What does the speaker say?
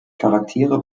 charaktere